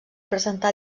presenta